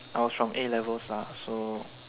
I was from A levels lah so